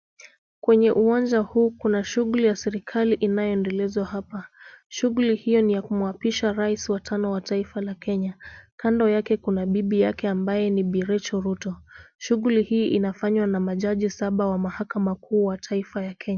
Kwenye uwanja huu kuna shughuli ya serikali inayoendelezwa hapa. Shughuli hiyo ni ya kumuapisha rais wa tano wa taifa la Kenya. Kando yake kuna bibi yake ambaye ni bi Rachel Ruto. Shughuli hii inafanywa na majaji saba wa mahakama kuu wa taifa ya Kenya.